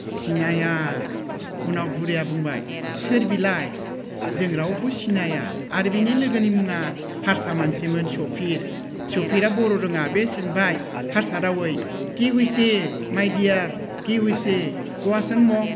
सिनाया उनाव बुरैया बुंबाय सोर बिलाय जों रावबो सिनाया आरो बिनि लोगोनि मुङा हारसा मानसिमोन सफिर सफिरा बर' रोङा बे सोंबाय हारसा रावै